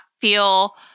feel